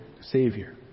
Savior